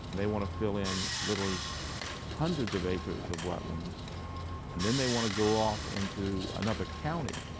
they want to fill in literally hundreds of acres of wetlands and then they want to go off into another county,